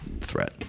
threat